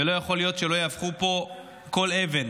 לא יכול להיות שלא יהפכו פה כל אבן